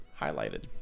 Highlighted